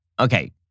Okay